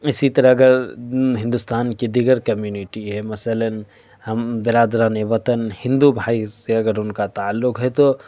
اسی طرح اگر ہندوستان کی دیگر کمیونیٹی ہے مثلاً ہم برادران وطن ہندو بھائی سے اگر ان کا تعلق ہے تو